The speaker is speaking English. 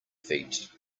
feet